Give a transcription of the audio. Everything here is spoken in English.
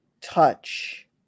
touch